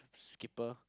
Skipper